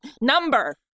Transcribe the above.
number